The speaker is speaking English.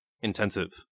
intensive